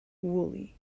woolley